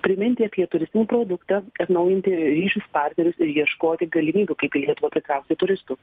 priminti apie turistinį produktą atnaujinti ryšius partnerius ir ieškoti galimybių kaipį lietuvą pritraukti turistų